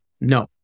No